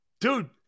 Dude